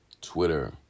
Twitter